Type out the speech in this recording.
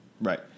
Right